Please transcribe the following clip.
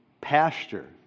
pasture